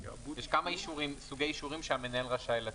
יש כמה אישורים שהמנהל רשאי לתת.